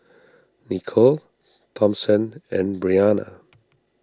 Nicole Thompson and Brianna